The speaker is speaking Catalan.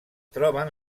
troben